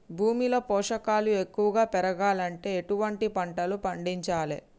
భూమిలో పోషకాలు ఎక్కువగా పెరగాలంటే ఎటువంటి పంటలు పండించాలే?